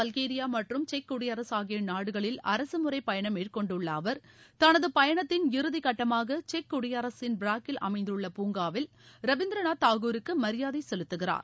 பல்வேகரியா மற்றும் செக் குடியரசு ஆகிய நாடுகளில் அரசுமுறைப் பயணம் மேற்கொண்டுள்ள அவர் தனது பயணத்தின் இறுதி கட்டமாக செக் குடியரசின் பிராக்கில் அமைந்துள்ள பூங்காவில் ரவீந்திரநாத் தாகூருக்கு மரியாதை செலுத்துகிறார்